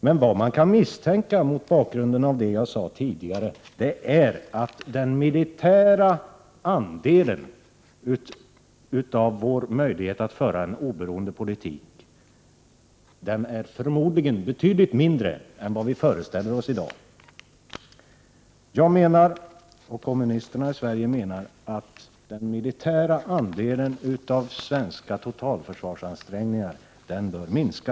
Men det man kan misstänka, mot bakgrund av det jag tidigare sagt, är att den militära styrkans betydelse för vår möjlighet att föra en oberoende politik förmodligen är betydligt mindre än vad vi i dag föreställer oss. Jag menar — och kommunisterna i Sverige menar — att den militära delen av de svenska totalförsvarsansträngningarna bör minska.